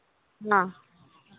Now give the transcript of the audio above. ᱦᱮᱸ